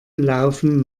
laufen